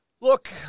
Look